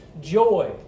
joy